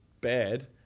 bad